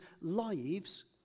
lives